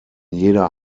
jeder